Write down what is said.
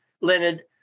Leonard